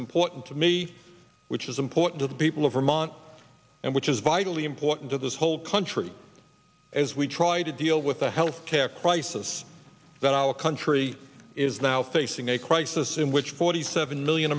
important to me which is important to the people of vermont and which is vitally important to this whole country as we try to deal with the health care crisis that our country is now facing a crisis in which forty seven million